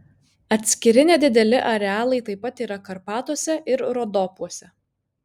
atskiri nedideli arealai taip pat yra karpatuose ir rodopuose